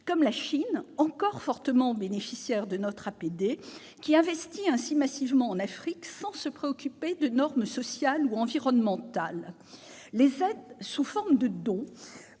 comme la Chine, encore fortement bénéficiaire de notre APD, qui investit massivement en Afrique sans se préoccuper de normes sociales ou environnementales. Les aides sous forme de dons,